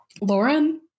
Lauren